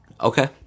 Okay